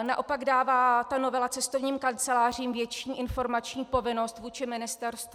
Naopak dává novela cestovním kancelářím větší informační povinnost vůči ministerstvu